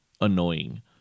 annoying